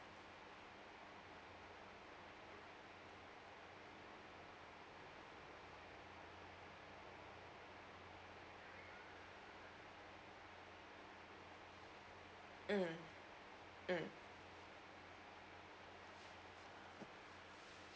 mm mm